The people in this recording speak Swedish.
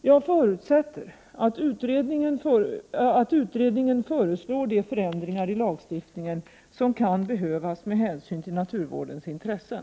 Jag förutsätter att utredningen föreslår de förändringar i lagstiftningen som kan behövas med hänsyn till naturvårdens intressen.